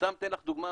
סתם אני אתן לך דוגמה,